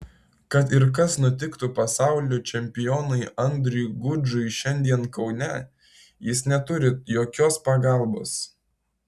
kad ir kas nutiktų pasaulio čempionui andriui gudžiui šiandien kaune jis neturi jokios pagalbos